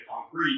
concrete